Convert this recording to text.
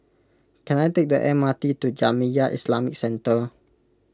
can I take the MRT to Jamiyah Islamic Centre